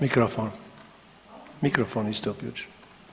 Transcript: Mikrofon, mikrofon niste uključili.